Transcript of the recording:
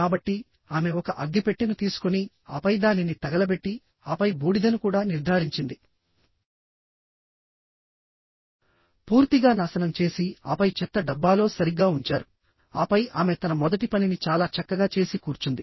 కాబట్టి ఆమె ఒక అగ్గిపెట్టెను తీసుకొని ఆపై దానిని తగలబెట్టి ఆపై బూడిదను కూడా నిర్ధారించింది పూర్తిగా నాశనం చేసి ఆపై చెత్త డబ్బాలో సరిగ్గా ఉంచారు ఆపై ఆమె తన మొదటి పనిని చాలా చక్కగా చేసి కూర్చుంది